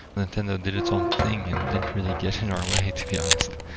nintendo did its own thing and didn't really get in our way, to be honest.